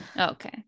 Okay